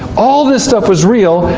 all this stuff was real.